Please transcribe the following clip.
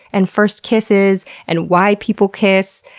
and first kisses, and why people kiss,